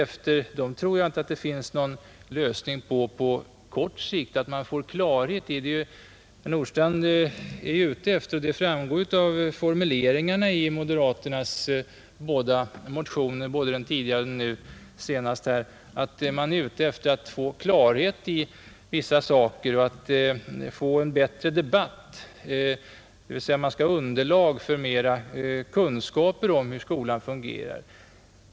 Men jag tror inte att det finns någon möjlighet att på kort sikt få klarhet i de — såvitt jag fattar det — stora frågor som herr Nordstrandh talar om. Det framgår av moderaternas två motioner — den tidigare och den nu aktuella — att man är ute efter att få klarhet i vissa saker och att få till stånd en bättre debatt, dvs. underlag för debatten och bättre kunskaper om hur skolan fungerar.